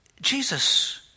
Jesus